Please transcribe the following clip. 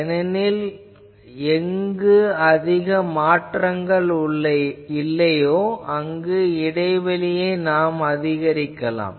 ஏனெனில் எங்கு அதிக மாற்றங்கள் இல்லையோ அங்கு இடைவெளியை அதிகரிக்கலாம்